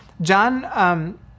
John